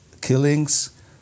killings